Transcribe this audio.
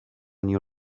new